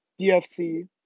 DFC